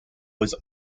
was